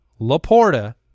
Laporta